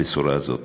הבשורה הזאת.